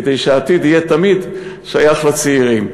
כדי שהעתיד יהיה תמיד שייך לצעירים.